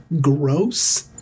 gross